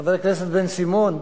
חבר הכנסת בן-סימון,